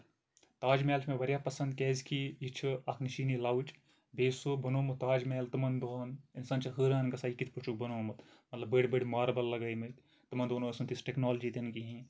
تاج محل چھُ مےٚ واریاہ پسنٛد کیازِ کہِ یہِ چھُ اکھ نِشٲنی لَوٕچ بیٚیہِ سُہ بَنومُت تاج محل تِمن دۄہَن اِنسان چھُ حٲران گژھان یہِ کِتھ پٲٹھۍ چھُکھ بَنومُت مطلب بٔڑۍ بٔڑۍ ماربل لگٲے مٕتۍ تِمن دۄہَن ٲسۍ نہٕ تِژھ ٹیکنالوجی تہِ نہٕ کِہینۍ